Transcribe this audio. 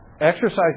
exercise